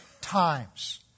times